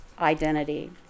identity